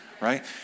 right